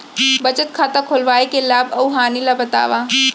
बचत खाता खोलवाय के लाभ अऊ हानि ला बतावव?